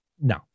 No